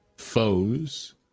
foes